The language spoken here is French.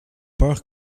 peur